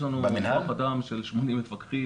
יש לנו כוח אדם של 80 מפקחים,